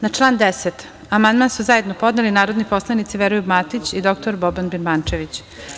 Na član 10. amandman su zajedno podneli narodni poslanici Veroljub Matić i dr Boban Birmanečvić.